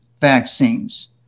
vaccines